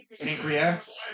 Pancreas